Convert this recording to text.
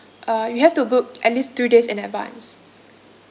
uh you have to book at least three days in advance